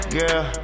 girl